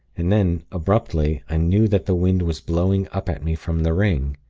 and then, abruptly, i knew that the wind was blowing up at me from the ring.